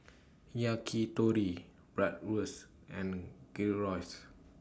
Yakitori Bratwurst and Gyros